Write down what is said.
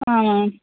ಹಾಂ ಮ್ಯಾಮ್